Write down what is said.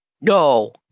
no